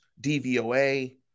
DVOA